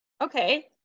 okay